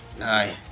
Aye